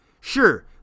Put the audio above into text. sure